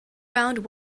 round